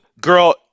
girl